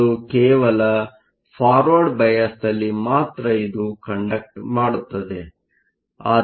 ಆದ್ದರಿಂದ ಅದು ಕೇವಲ ಫಾರ್ವರ್ಡ್ ಬಯಾಸ್Forward biasನಲ್ಲಿ ಮಾತ್ರ ಇದು ಕಂಡಕ್ಟ್Conduct ಮಾಡುತ್ತದೆ